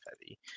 heavy